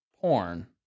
porn